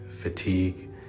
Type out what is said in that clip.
fatigue